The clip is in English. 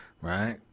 Right